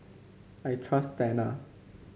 I trust Tena